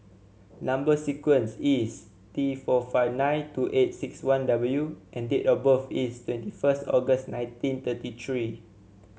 number sequence is T four five nine two eight six one W and date of birth is twenty first August nineteen thirty three